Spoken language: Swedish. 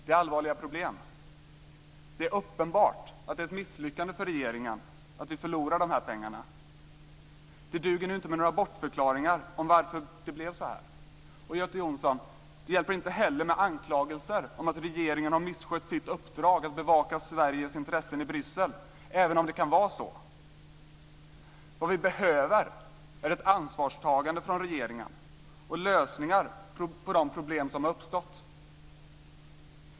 Det är allvarliga problem. Det är uppenbart att det är ett misslyckande för regeringen att vi förlorar de här pengarna. Det duger inte med några bortförklaringar om varför det blev så här. Det hjälper, Göte Jonsson, inte heller med anklagelser om att regeringen har misskött sitt uppdrag att bevaka Sveriges intressen i Bryssel, även om det kan vara så. Vad vi behöver är ett ansvarstagande från regeringen och lösningar på de problem som har uppstått.